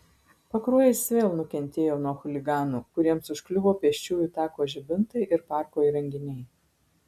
pakruojis vėl nukentėjo nuo chuliganų kuriems užkliuvo pėsčiųjų tako žibintai ir parko įrenginiai